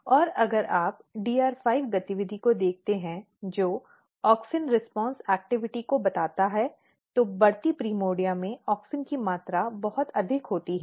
और अगर आप DR5 गतिविधि को देखते हैं जो ऑक्सिन प्रतिक्रिया गतिविधि को बताता है तो बढ़ती प्राइमोर्डिया में ऑक्सिन की मात्रा बहुत अधिक होती है